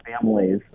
families